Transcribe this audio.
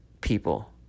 people